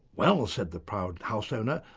well said the proud house owner,